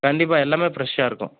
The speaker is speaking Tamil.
கண்டிப்பாக எல்லாமே ஃப்ரெஷ்ஷாக இருக்கும்